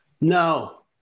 no